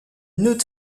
nœud